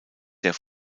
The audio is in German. der